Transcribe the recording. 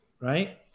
right